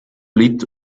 litt